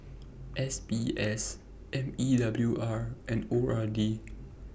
S B S M E W R and O R D